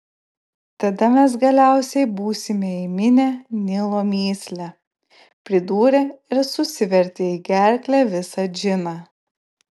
tada mes galiausiai būsime įminę nilo mįslę pridūrė ir susivertė į gerklę visą džiną